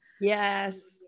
yes